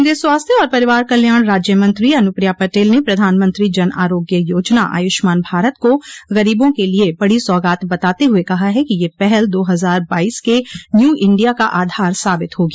केन्द्रीय स्वास्थ्य और परिवार कल्याण राज्य मंत्री अनुप्रिया पटेल ने प्रधानमंत्री जन आरोग्य योजना आयुष्मान भारत को गरीबों के लिए बड़ी सौगात बताते हुए कहा है कि यह पहल दो हजार बाईस के न्यू इंडिया का आधार साबित होगी